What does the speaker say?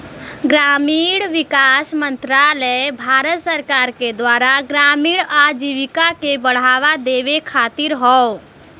ग्रामीण विकास मंत्रालय भारत सरकार के द्वारा ग्रामीण आजीविका के बढ़ावा देवे खातिर हौ